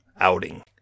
outing